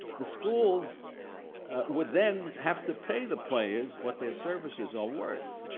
the schools would then have to pay the players what their services are worth,